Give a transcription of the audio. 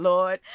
Lord